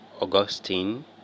Augustine